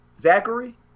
Zachary